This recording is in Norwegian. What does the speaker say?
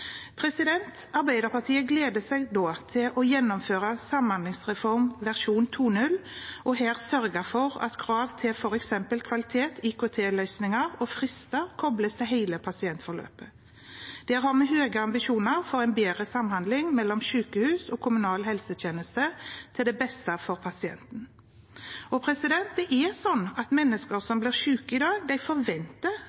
Arbeiderpartiet gleder seg til å gjennomføre samhandlingsreform versjon 2.0 og her sørge for at krav til f.eks. kvalitet, IKT-løsninger og frister kobles til hele pasientforløpet. Der har vi høye ambisjoner for en bedre samhandling mellom sykehus og kommunal helsetjeneste til det beste for pasienten. Det er sånn at mennesker